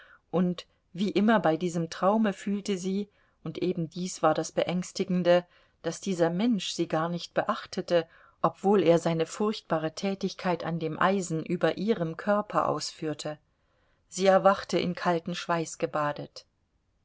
und wie immer bei diesem traume fühlte sie und eben dies war das beängstigende daß dieser mensch sie gar nicht beachtete obwohl er seine furchtbare tätigkeit an dem eisen über ihrem körper ausführte sie erwachte in kalten